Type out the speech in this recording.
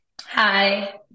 Hi